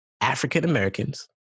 African-Americans